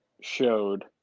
showed